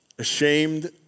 Ashamed